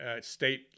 state